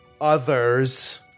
others